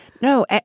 No